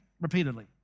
repeatedly